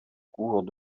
cours